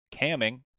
camming